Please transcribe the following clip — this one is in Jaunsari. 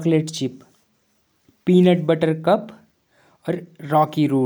लोक संगीत म खास होलु।